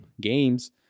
games